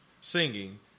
singing